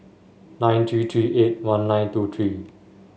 nine three three eight one nine two three